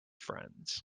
friends